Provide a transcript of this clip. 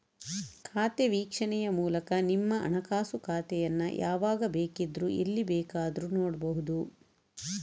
ಖಾತೆ ವೀಕ್ಷಣೆಯ ಮೂಲಕ ನಿಮ್ಮ ಹಣಕಾಸು ಖಾತೆಯನ್ನ ಯಾವಾಗ ಬೇಕಿದ್ರೂ ಎಲ್ಲಿ ಬೇಕಾದ್ರೂ ನೋಡ್ಬಹುದು